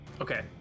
Okay